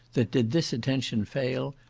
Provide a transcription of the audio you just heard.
that did this attention fail,